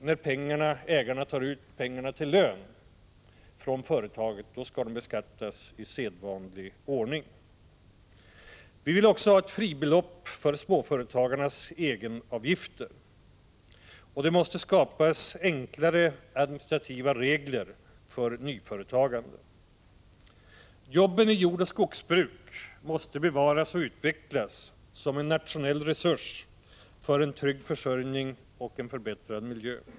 När ägarna tar ut pengarna till lön från företaget skall de däremot beskattas i vanlig ordning. Vi vill också ha ett fribelopp för småföretagarnas egenavgifter. Det måste skapas enklare administrativa regler för nyföretagande. Jobben i jordoch skogsbruk måste bevaras och utvecklas som en nationell resurs för en trygg försörjning och en förbättrad miljö.